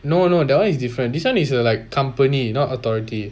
no no that one is different this one is like company not authority